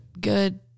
good